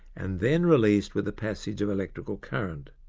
and then released with the passage of electrical current.